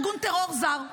ארגון טרור זר.